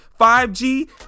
5G